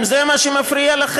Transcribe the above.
סמלי המדינה.